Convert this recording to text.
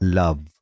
love